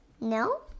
No